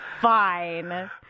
fine